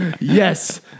Yes